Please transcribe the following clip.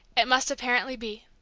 it must apparently be.